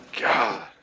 God